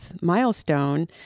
milestone